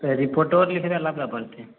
से रिपोटो दिस ने लगबऽ पड़तैक